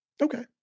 Okay